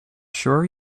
sure